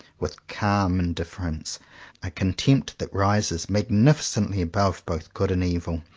with calm indifference a contempt that rises magnificently above both good and evil,